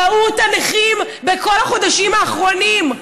ראו את הנכים בכל החודשים האחרונים,